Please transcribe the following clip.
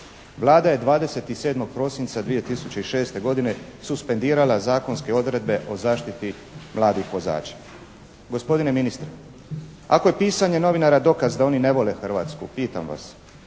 Vlada je 27. prosinca 2006. godine suspendirala zakonske odredbe o zaštiti mladih vozača. Gospodine ministre, ako je pisanje novinara dokaz da oni ne vole Hrvatsku pitam vas